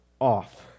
off